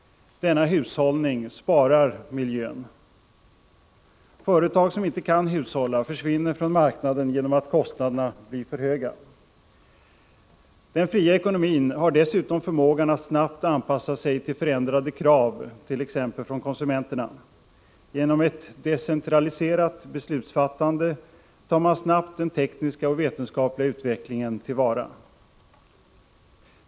Denna hushållning sparar miljön. Företag som inte kan hushålla försvinner från marknaden genom att kostnaderna blir för höga. Den fria ekonomin har dessutom förmågan att snabbt anpassa sig till förändrade krav t.ex. från konsumenterna. Genom ett decentraliserat beslutsfattande tar man snabbt den tekniska och vetenskapliga utvecklingen till vara.